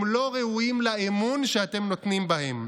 הם לא ראויים לאמון שאתם נותנים בהם.